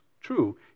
true